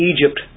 Egypt